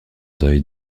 deuil